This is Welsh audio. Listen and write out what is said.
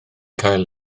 cael